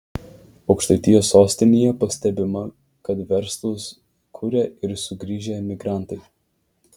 aukštaitijos sostinėje pastebima kad verslus kuria ir sugrįžę emigrantai